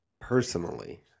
personally